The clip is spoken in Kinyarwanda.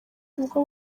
ubwo